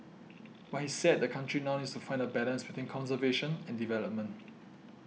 but he said the country now needs to find a balance between conservation and development